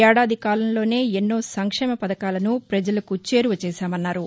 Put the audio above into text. ఏడాది కాలంలోనే ఎన్నో సంక్షేమ పథకాలను పజలకు చేరువ చేశామన్నారు